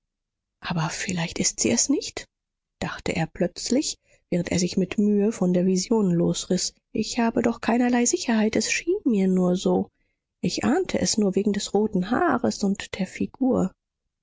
aber vielleicht ist sie es nicht dachte er plötzlich während er sich mit mühe von der vision losriß ich habe doch keinerlei sicherheit es schien mir nur so ich ahnte es nur wegen des roten haars und der figur